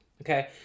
okay